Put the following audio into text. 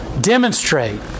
Demonstrate